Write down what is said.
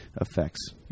effects